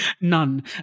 None